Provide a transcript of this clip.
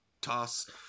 toss